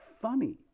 funny